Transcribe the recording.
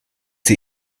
sie